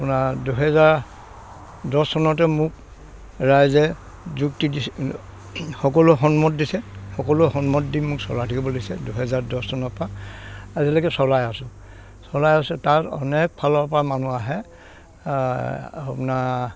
আপোনাৰ দুহেজাৰ দহ চনতে মোক ৰাইজে যুক্তি দিছে সকলোৱে সন্মত দিছে সকলোৱে সন্মত দি মোক চলাই থাকিব দিছে দুহেজাৰ দহ চনৰ পৰা আজিলৈকে চলাই আছোঁ চলাই আছোঁ তাত অনেক ফালৰ পৰা মানুহ আহে আপোনাৰ